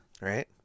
Right